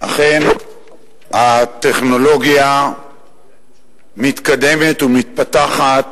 אכן הטכנולוגיה מתקדמת ומתפתחת